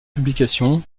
publication